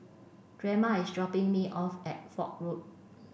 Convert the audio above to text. Drema is dropping me off at Foch Road